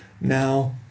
Now